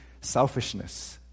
selfishness